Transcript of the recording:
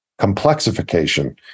complexification